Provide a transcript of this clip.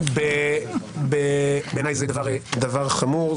בעיניי, זה דבר חמור.